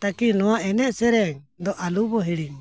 ᱛᱟᱹᱠᱤ ᱱᱚᱣᱟ ᱮᱱᱮᱡ ᱥᱮᱨᱮᱧ ᱫᱚ ᱟᱞᱚ ᱵᱚᱱ ᱦᱤᱲᱤᱧᱢᱟ